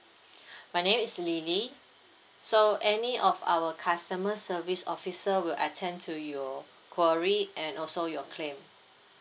my name is lily so any of our customer service officer will attend to your query and also your claim